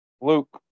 Luke